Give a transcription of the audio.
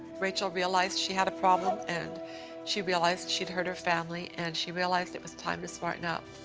rachel realized she had a problem, and she realized she'd hurt her family, and she realized it was time to smarten up.